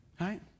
Right